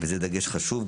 וזה דגש חשוב,